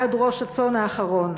עד ראש הצאן האחרון?